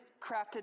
crafted